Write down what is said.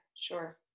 sure